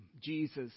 Jesus